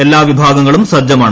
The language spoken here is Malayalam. എല്ലാവിഭാഗങ്ങളും സജ്ജമാണ്